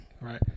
Right